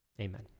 Amen